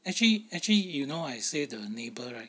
actually actually you know I say the neighbour right